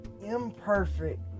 imperfect